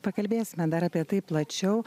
pakalbėsime dar apie tai plačiau